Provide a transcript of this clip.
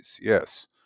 yes